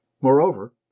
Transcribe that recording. Moreover